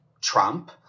Trump